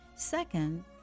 Second